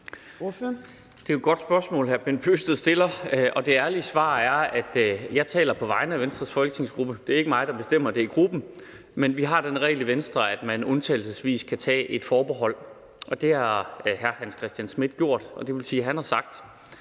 Det er jo et godt spørgsmål, hr. Bent Bøgsted stiller, og det ærlige svar er, at jeg taler på vegne af Venstres folketingsgruppe. Det er ikke mig, der bestemmer; det er gruppen. Vi har den regel i Venstre, at man undtagelsesvis kan tage et forbehold, og det har hr. Hans Christian Schmidt gjort. Det vil sige, at han har sagt,